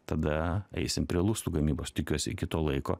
tada eisim prie lustų gamybos tikiuosi iki to laiko